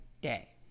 day